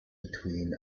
between